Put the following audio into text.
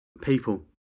People